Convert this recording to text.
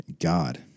God